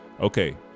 Okay